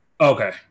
Okay